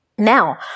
Now